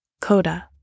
Coda